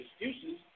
excuses